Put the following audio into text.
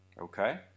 Okay